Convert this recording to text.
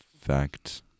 fact